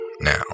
now